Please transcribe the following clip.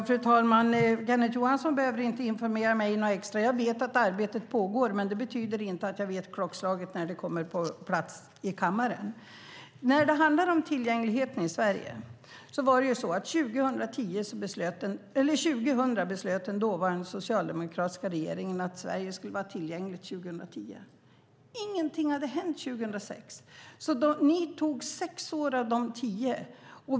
Fru talman! Kenneth Johansson behöver inte informera mig extra. Jag vet att arbetet pågår, men det betyder inte att jag vet klockslaget när det kommer på plats i kammaren. Den dåvarande socialdemokratiska regeringen beslöt 2000 att Sverige skulle vara tillgängligt 2010. Ingenting hade hänt 2006. Ni tog sex år av de tio.